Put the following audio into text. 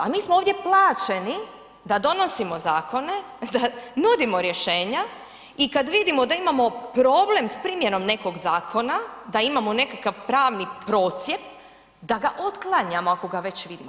A mi smo ovdje plaćeni da donosimo zakone, da nudimo rješenja i kad vidimo da imamo problem sa primjenom nekog zakona, da imamo nekakav pravni procjep, da ga otklanjamo ako ga već vidimo.